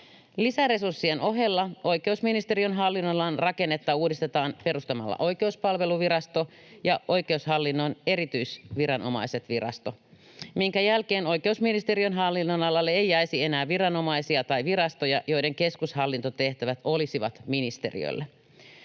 Lisäresurssien ohella oikeusministeriön hallinnonalan rakennetta uudistetaan perustamalla Oikeuspalveluvirasto ja Oikeushallinnon erityisviranomaiset -virasto, minkä jälkeen oikeusministeriön hallinnonalalle ei jäisi enää viranomaisia tai virastoja, joiden keskushallintotehtävät olisivat ministeriöllä.